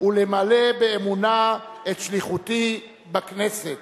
ולמלא באמונה את שליחותי בכנסת".